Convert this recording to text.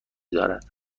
دارد